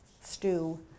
stew